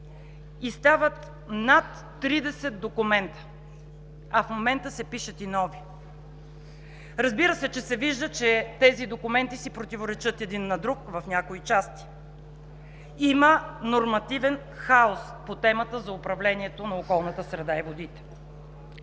стават над 30 документа, а в момента се пишат и нови. Разбира се, че се вижда, че тези документи си противоречат един на друг в някои части. Има нормативен хаос по темата за управлението на околната среда и водите.